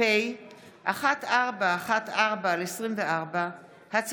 פ/1414/24 וכלה בהצעת חוק פ/1462/24: